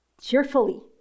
cheerfully